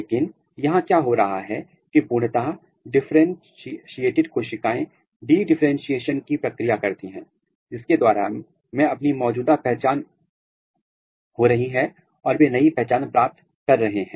लेकिन यहां क्या हो रहा है की पूर्णता डिफरेंटशिएटिड कोशिकाएं डीडिफरेंटशिएशन की प्रक्रिया करती हैं जिसके द्वारा मैं अपनी मौजूदा पहचान हो रही हैं और वे नई पहचान प्राप्त कर रही हैं